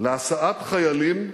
להסעת חיילים ברכבת.